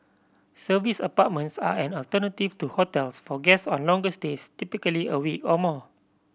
serviced apartments are an alternative to hotels for guests on longer stays typically a week or more